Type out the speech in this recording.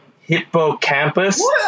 hippocampus